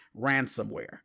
ransomware